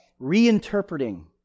reinterpreting